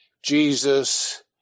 Jesus